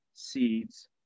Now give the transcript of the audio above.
seeds